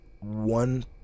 one